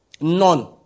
None